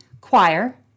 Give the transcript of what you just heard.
choir